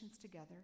together